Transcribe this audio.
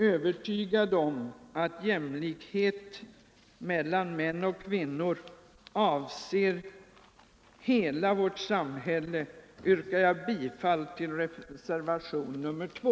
Övertygad om att jämlikhet mellan män och kvinnor avser hela samhället yrkar jag bifall till reservationen 2.